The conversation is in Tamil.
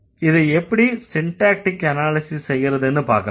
இதை எப்படி சின்டேக்டிக் அனாலிஸிஸ் செய்யறதுன்னு பார்க்கலாம்